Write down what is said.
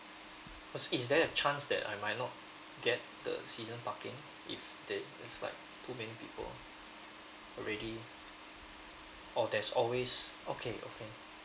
oh is there a chance that I might not get the season parking if there is like too many people already oh there's always okay okay